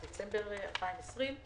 עד דצמבר 2020,